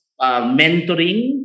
mentoring